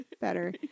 better